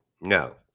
No